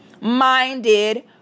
minded